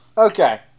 Okay